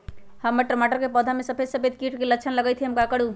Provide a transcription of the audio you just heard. हमर टमाटर के पौधा में सफेद सफेद कीट के लक्षण लगई थई हम का करू?